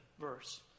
verse